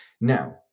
Now